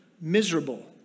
miserable